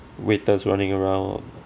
waiters running around